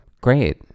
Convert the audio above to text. Great